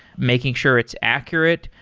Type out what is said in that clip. making sure it's accurate.